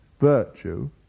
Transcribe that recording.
virtue